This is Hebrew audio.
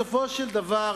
הרי בסופו של דבר,